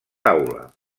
taula